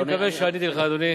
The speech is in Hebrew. אני מקווה שעניתי לך, אדוני.